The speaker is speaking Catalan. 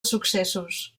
successos